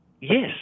yes